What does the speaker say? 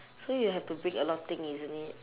so you have to bring a lot of thing isn't it